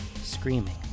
screaming